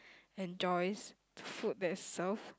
enjoys food that is served